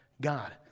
God